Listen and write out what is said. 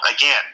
again